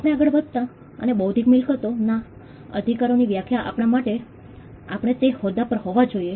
આપણે આગળ વધવા અને બૌદ્ધિક મિલકતો ના અધીકારો ની વ્યાખ્યા આપવા માટે આપણે તે હોદ્દા પર હોવા જોઈએ